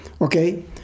Okay